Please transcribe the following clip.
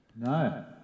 No